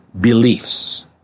beliefs